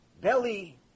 belly